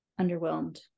underwhelmed